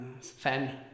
fan